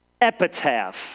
epitaph